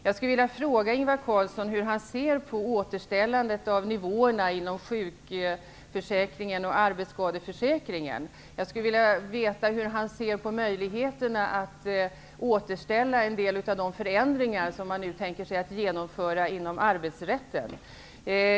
Hur ser Ingvar Carlsson på återställandet av nivåerna inom sjukförsäkringen och arbetsskadeförsäkringen? Hur ser Ingvar Carlsson på möjligheterna att återställa en del av de förändringar som nu skall genomföras inom arbetsrätten?